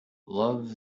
love